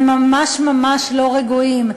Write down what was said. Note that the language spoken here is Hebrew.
הם ממש ממש לא רגועים.